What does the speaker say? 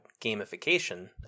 gamification